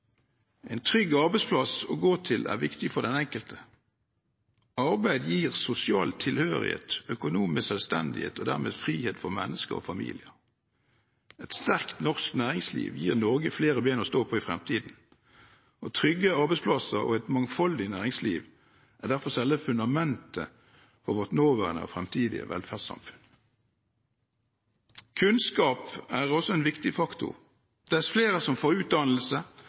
En trygg arbeidsplass å gå til er viktig for den enkelte. Arbeid gir sosial tilhørighet, økonomisk selvstendighet og dermed frihet for mennesker og familier. Et sterkt norsk næringsliv gir Norge flere ben å stå på i fremtiden, og trygge arbeidsplasser og et mangfoldig næringsliv er derfor selve fundamentet for vårt nåværende og fremtidige velferdssamfunn. Kunnskap er også en viktig faktor. Dess flere som får utdannelse